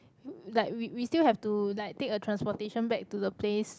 like we we still have to like take a transportation back to the place